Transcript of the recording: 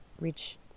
reach